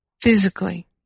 physically